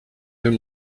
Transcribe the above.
deux